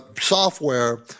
software